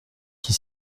qui